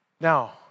Now